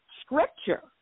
Scripture